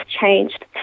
changed